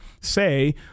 say